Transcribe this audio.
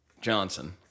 Johnson